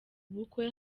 bukwe